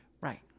right